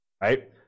right